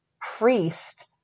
priest